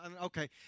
Okay